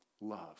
love